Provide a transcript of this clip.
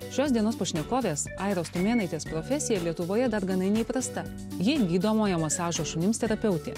šios dienos pašnekovės airos tumėnaitės profesija lietuvoje dar gana neįprasta ji gydomojo masažo šunims terapeutė